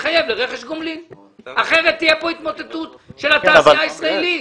להתחייב לרכש גומלין כי אחרת תהיה כאן התמוטטות של התעשייה הישראלית.